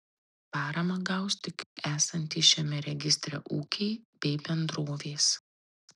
paramą gaus tik esantys šiame registre ūkiai bei bendrovės